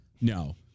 No